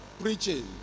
preaching